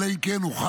אלא אם כן הוכח,